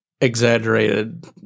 exaggerated